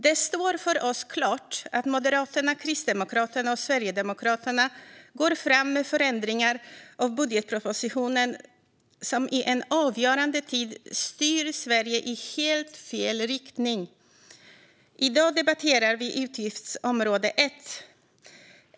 Det står för oss klart att Moderaterna, Kristdemokraterna och Sverigedemokraterna går fram med förändringar av budgetpropositionen som i en avgörande tid styr Sverige i helt fel riktning. I dag debatterar vi utgiftsområde 1.